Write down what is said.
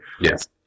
Yes